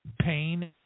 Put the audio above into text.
pain